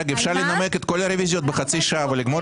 העיקר בתקציב המדינה אתם צריכים